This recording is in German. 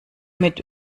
mit